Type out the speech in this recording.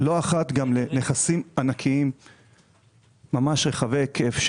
לא אחת, גם לנכסים ענקיים ורחבי היקף.